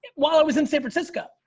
while i was in san francisco.